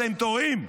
אתם טועים.